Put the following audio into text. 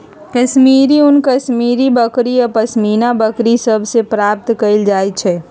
कश्मीरी ऊन कश्मीरी बकरि आऽ पशमीना बकरि सभ से प्राप्त कएल जाइ छइ